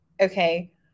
okay